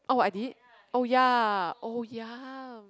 oh I did oh ya oh ya